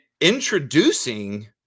introducing